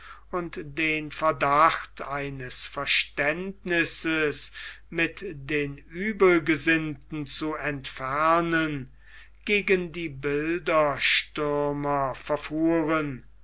und den verdacht eines verständnisses mit den uebelgesinnten zu entfernen gegen die bilderstürmer verfuhren